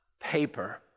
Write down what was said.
paper